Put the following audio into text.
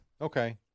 Okay